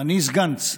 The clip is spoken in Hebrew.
אני סגנץ.